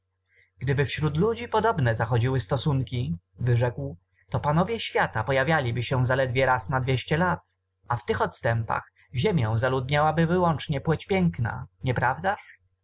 gdyby wśród ludzi podobne zachodziły stosunki wyrzekł to panowie świata pojawialiby się zaledwie raz na dwieście lat a w tych odstępach ziemię zaludniałaby wyłącznie płeć piękna nieprawdaż